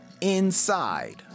inside